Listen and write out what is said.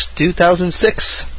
2006